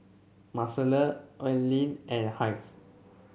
Marcela Aileen and Hays